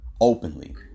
openly